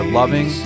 loving